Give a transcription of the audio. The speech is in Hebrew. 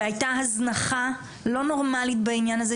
והיתה הזנחה לא נורמלית בעניין הזה,